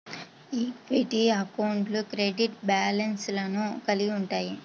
equity అకౌంట్లు credit బ్యాలెన్స్లను కలిగి ఉంటయ్యి